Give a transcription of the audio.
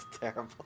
terrible